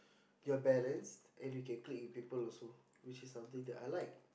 you're balanced and you can click with people also which is something that I like